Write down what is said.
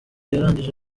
yangije